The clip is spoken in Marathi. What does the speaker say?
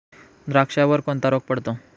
द्राक्षावर कोणता रोग पडतो?